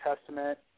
Testament